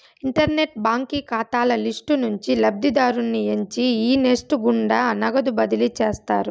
internet బాంకీ కాతాల list నుంచి లబ్ధిదారుని ఎంచి ఈ నెస్ట్ గుండా నగదు బదిలీ చేస్తారు